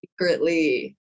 secretly